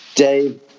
Dave